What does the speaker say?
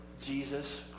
Jesus